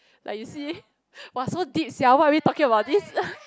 like you see !wah! so deep sia why are we talking about this